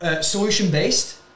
solution-based